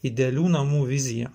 idealių namų vizija